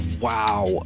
Wow